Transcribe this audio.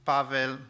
Pavel